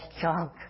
chunk